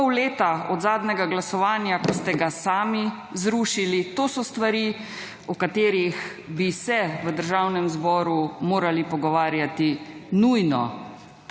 pol leta od zadnjega glasovanja, ko ste ga sami zrušili. To so stvari, o katerih bi se v Državnem zboru morali pogovarjati nujno.